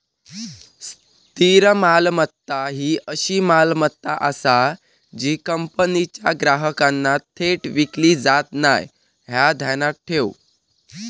स्थिर मालमत्ता ही अशी मालमत्ता आसा जी कंपनीच्या ग्राहकांना थेट विकली जात नाय, ह्या ध्यानात ठेव